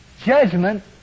judgment